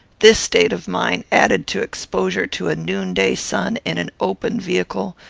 this state of mind, added to exposure to a noonday sun, in an open vehicle,